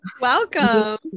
Welcome